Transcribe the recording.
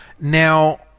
Now